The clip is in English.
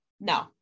No